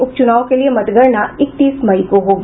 उपचुनाव के लिये मतगणना इकतीस मई को होगी